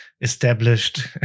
established